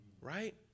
right